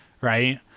right